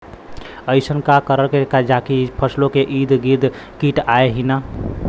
अइसन का करल जाकि फसलों के ईद गिर्द कीट आएं ही न?